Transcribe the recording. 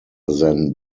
than